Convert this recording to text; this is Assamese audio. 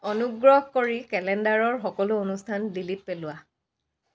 অনুগ্ৰহ কৰি কেলেণ্ডাৰৰ সকলো অনুষ্ঠান ডিলিট পেলোৱা